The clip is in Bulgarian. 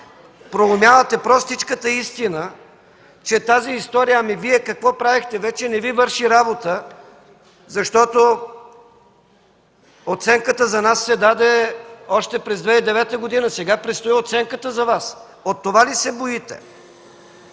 проумявате простичката истина, че тази история: „Ами, Вие какво правихте?” вече не Ви върши работа, защото оценката за нас се даде още през 2009 г.? Сега предстои оценката за Вас. От това ли се боите?